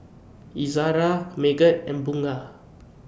Izzara Megat and Bunga